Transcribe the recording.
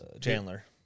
Chandler